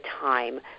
time